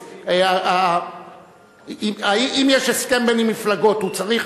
הוא צריך,